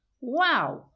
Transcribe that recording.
wow